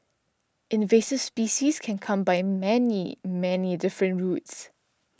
invasive species can come by many many different routes